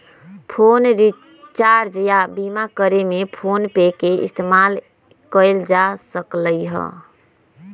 phone recharge या बीमा करे में फोनपे के इस्तेमाल कएल जा सकलई ह